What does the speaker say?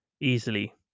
easily